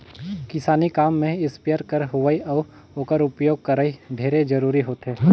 किसानी काम में इस्पेयर कर होवई अउ ओकर उपियोग करई ढेरे जरूरी होथे